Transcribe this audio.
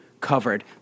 covered